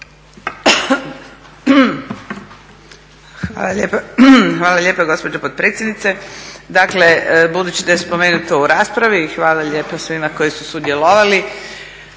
Hvala lijepa gospođo potpredsjednice. Dakle budući da je spomenuto u raspravi i hvala lijepa svima koji su sudjelovali.